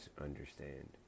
understand